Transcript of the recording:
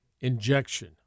injection